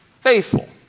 faithful